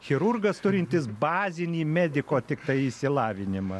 chirurgas turintis bazinį mediko tiktai išsilavinimą